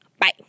Bye